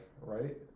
right